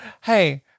hey